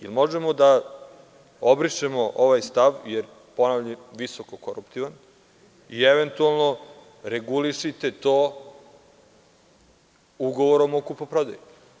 Da li možemo da obrišemo ovaj stav, jer je, ponavljam, visoko-koruptivan, i eventualno regulišite to ugovorom o kupoprodaji?